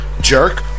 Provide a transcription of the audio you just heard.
jerk